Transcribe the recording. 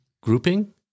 grouping